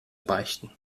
beichten